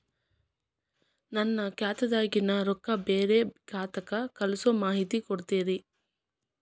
ನನ್ನ ಖಾತಾದಾಗಿನ ರೊಕ್ಕ ಬ್ಯಾರೆ ಖಾತಾಕ್ಕ ಕಳಿಸು ಮಾಹಿತಿ ಕೊಡತೇರಿ?